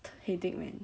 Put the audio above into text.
headache man